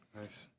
Nice